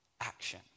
action